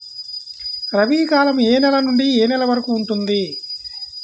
రబీ కాలం ఏ నెల నుండి ఏ నెల వరకు ఉంటుంది?